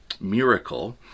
miracle